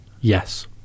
Yes